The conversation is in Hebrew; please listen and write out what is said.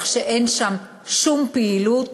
כך שאין שם שום פעילות,